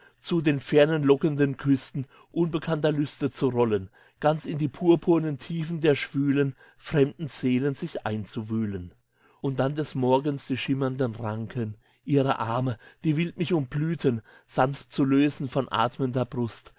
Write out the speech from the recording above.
zu den fernen lockenden küsten unbekannter lüste zu rollen ganz in die purpurnen tiefen der schwülen fremden seelen sich einzuwühlen und dann des morgens die schimmernden ranken ihrer arme die wild mich umblühten sanft zu lösen von atmender brust